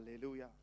hallelujah